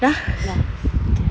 dah dah okay